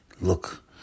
Look